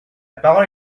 parole